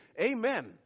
Amen